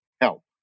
help